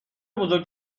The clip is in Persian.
بزرگ